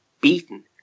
beaten